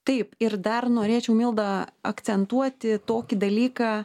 taip ir dar norėčiau milda akcentuoti tokį dalyką